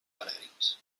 peregrins